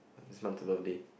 this month her birthday